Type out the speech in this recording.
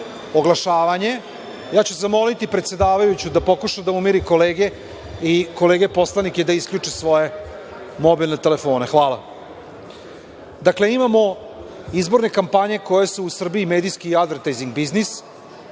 oglašavanje. Ja ću zamoliti predsedavajuću da pokuša da umiri kolege poslanike, da isključe svoje mobilne telefone. Hvala. Dakle, imamo izborne kampanje koje su u Srbiji medijski advertajzing biznis